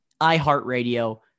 iHeartRadio